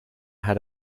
had